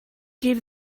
gave